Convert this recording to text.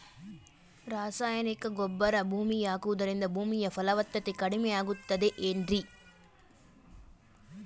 ರಾಸಾಯನಿಕ ಗೊಬ್ಬರ ಭೂಮಿಗೆ ಹಾಕುವುದರಿಂದ ಭೂಮಿಯ ಫಲವತ್ತತೆ ಕಡಿಮೆಯಾಗುತ್ತದೆ ಏನ್ರಿ?